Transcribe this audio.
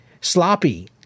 sloppy